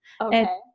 Okay